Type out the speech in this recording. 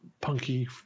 punky